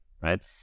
right